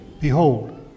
Behold